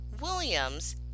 williams